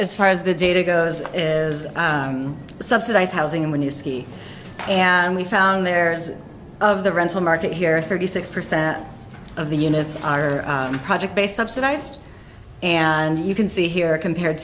as far as the data goes is subsidized housing and when you ski and we found there of the rental market here thirty six percent of the units are project based subsidized and you can see here compared